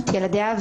את ילדיה,